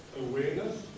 awareness